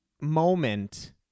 moment